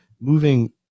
moving